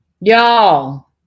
Y'all